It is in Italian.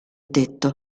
tetto